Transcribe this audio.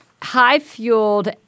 High-fueled